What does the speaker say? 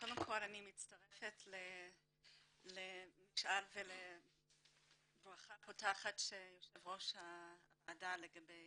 קודם כל אני מצטרפת לברכה הפותחת של יו"ר הוועדה לגבי